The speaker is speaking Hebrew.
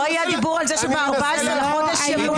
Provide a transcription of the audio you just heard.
לא היה דיבור על זה שב-14 לחודש ---.